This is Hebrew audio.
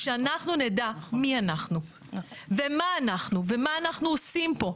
כשאנחנו נדע מי אנחנו ומה אנחנו עושים פה,